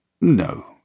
No